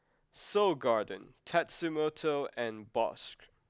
Seoul Garden Tatsumoto and Bosch